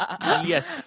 Yes